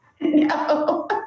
No